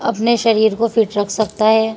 اپنے شریر کو فٹ رکھ سکتا ہے